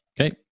Okay